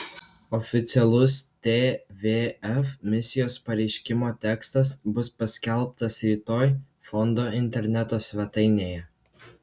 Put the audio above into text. oficialus tvf misijos pareiškimo tekstas bus paskelbtas rytoj fondo interneto svetainėje